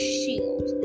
shield